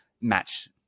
match